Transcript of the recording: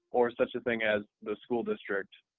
or such a thing as the school district.